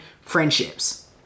friendships